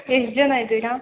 ಎಷ್ಟು ಜನ ಇದ್ದೀರಾ